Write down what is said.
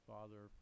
Father